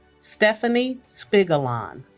stephanie spigolon